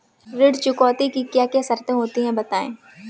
ऋण चुकौती की क्या क्या शर्तें होती हैं बताएँ?